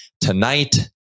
tonight